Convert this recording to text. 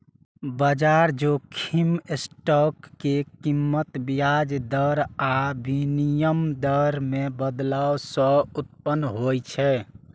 बाजार जोखिम स्टॉक के कीमत, ब्याज दर आ विनिमय दर मे बदलाव सं उत्पन्न होइ छै